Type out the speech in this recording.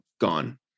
gone